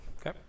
Okay